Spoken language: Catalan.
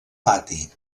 pati